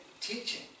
teaching